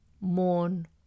mourn